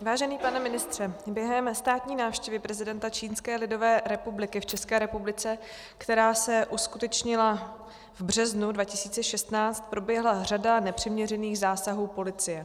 Vážený pane ministře, během státní návštěvy prezidenta Čínské lidové republiky v České republice, která se uskutečnila v březnu 2016, proběhla řada nepřiměřených zásahů policie.